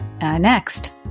next